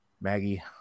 Maggie